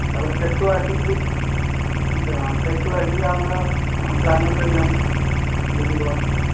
ତା'ପରେ ସେଇଠୁ ଆସିକିରି ସେଇଠୁ ଆସିକି ଆମର ପ୍ଲାନୋଟୋରିଅମ୍ ବୁଲିବ